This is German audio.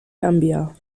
gambia